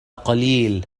قليل